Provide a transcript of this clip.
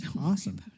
Awesome